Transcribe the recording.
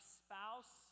spouse